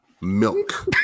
milk